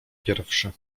pierwszy